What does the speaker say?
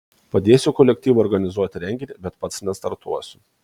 padėsiu kolektyvui organizuoti renginį bet pats nestartuosiu